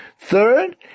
Third